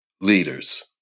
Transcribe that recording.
leaders